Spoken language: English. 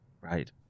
right